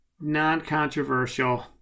non-controversial